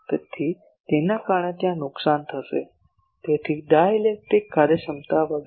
તેથી તેના કારણે ત્યાં નુકસાન થશે તેથી ડાઇલેક્ટ્રિક કાર્યક્ષમતા વગેરે